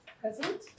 present